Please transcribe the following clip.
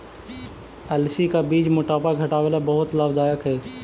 अलसी का बीज मोटापा घटावे ला बहुत लाभदायक हई